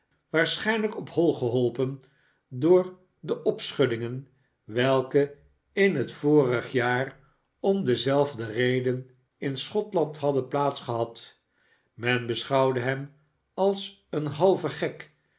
waarschijnlijk op hoi geholpen door de opschuddingen welke in het vorig jaar om dezelfde reden in schotland hadden plaats gehad men beschouwde hem als een halven gek